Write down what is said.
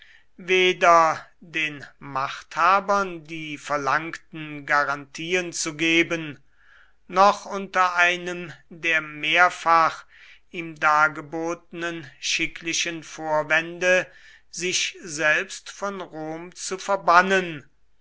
weder den machthabern die verlangten garantien zu geben noch unter einem der mehrfach ihm dargebotenen schicklichen vorwände sich selbst von rom zu verbannen